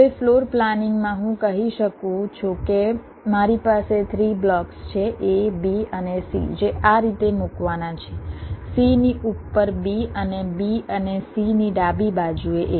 હવે ફ્લોર પ્લાનિંગમાં હું કહી શકું છું કે મારી પાસે 3 બ્લોક્સ છે A B અને C જે આ રીતે મૂકવાના છે C ની ઉપર B અને B અને C ની ડાબી બાજુએ A